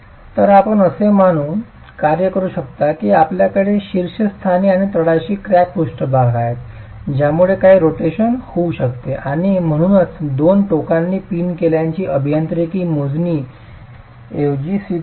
तर आपण असे मानून कार्य करू शकता की आपल्याकडे शीर्षस्थानी आणि तळाशी क्रॅक पृष्ठभाग आहेत ज्यामुळे काही रोटेशन होऊ शकते आणि म्हणूनच दोन टोकांनी पिन केल्याची अभियांत्रिकी मोजणी ऐवजी स्वीकार्य नाही